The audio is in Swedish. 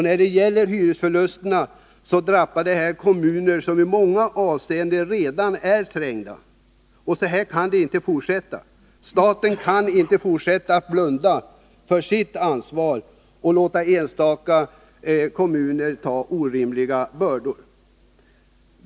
När det gäller hyresförlusterna så drabbar dessa kommuner som i många avseenden redan är trängda. Så här kan det inte fortsätta. Staten kan inte fortsätta att blunda för sitt ansvar och låta enstaka kommuner ta orimliga bördor.